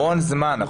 המון זמן.